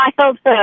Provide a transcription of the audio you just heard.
childhood